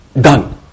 Done